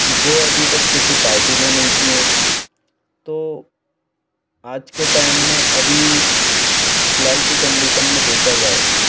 वो अभी तक किसी पार्टी ने नहीं किये हैं तो आज के टाइम में अभी फ़िलहाल की कंडीसन में देखा जाए